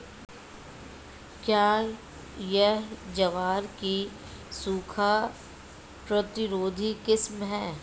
क्या यह ज्वार की सूखा प्रतिरोधी किस्म है?